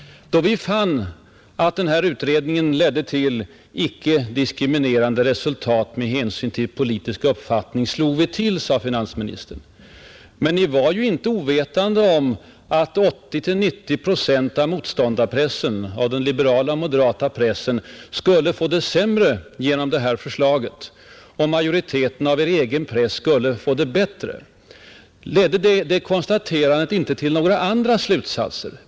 Då vi fann att utredningen ledde till icke diskriminerande resultat med hänsyn till politisk uppfattning slog vi till, sade finansministern. Men ni kan ju inte ha varit ovetande om att 80-90 procent av motståndarpressen, dvs. den liberala och moderata pressen, skulle få det sämre genom förslaget medan majoriteten av er egen press skulle få det bättre. Ledde det konstaterandet inte till några slutsatser?